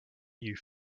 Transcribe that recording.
you